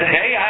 hey